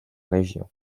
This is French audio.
région